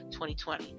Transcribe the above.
2020